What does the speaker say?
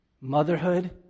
Motherhood